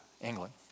England